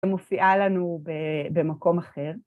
מופיעה לנו במקום אחר.